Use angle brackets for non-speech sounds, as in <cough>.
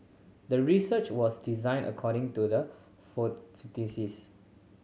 the research was designed according to the <unintelligible>